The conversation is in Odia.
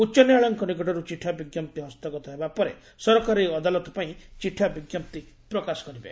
ଉଚ ନ୍ୟାୟାଳୟଙ୍ଙ ନିକଟର୍ ଚିଠା ବିଙ୍କପ୍ତି ହସ୍ତଗତ ହେବାପରେ ସରକାର ଏହି ଅଦାଲତ ପାଇଁ ଚିଠା ବିଙ୍କପ୍ତି ପ୍ରକାଶ କରିବେ